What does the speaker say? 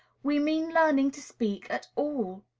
we mean learning to speak at all!